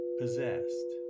possessed